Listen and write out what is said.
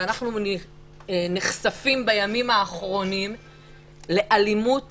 ואנחנו נחשפים בימים האחרונים לאלימות